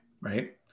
right